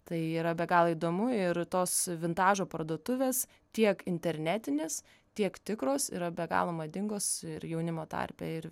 tai yra be galo įdomu ir tos vintažo parduotuvės tiek internetinės tiek tikros yra be galo madingos ir jaunimo tarpe ir